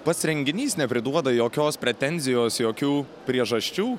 pats renginys nepriduoda jokios pretenzijos jokių priežasčių